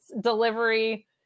delivery